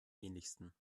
ähnlichsten